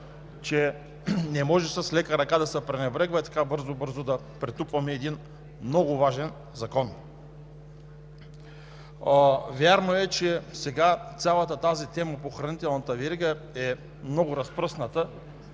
че не може с лека ръка да пренебрегваме и бързо, бързо да претупваме един много важен закон. Вярно е, че сега цялата тема за хранителната верига е много разпръсната